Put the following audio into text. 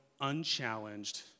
unchallenged